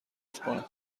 کنم